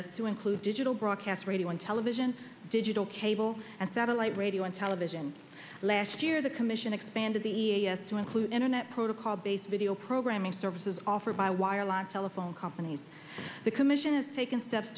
s to include digital broadcast radio and television digital cable and satellite radio and television last year the commission expanded the e a s to include internet protocol based video programming services offered by wireline telephone companies the commission has taken steps